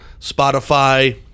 Spotify